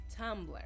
Tumblr